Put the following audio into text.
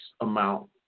amount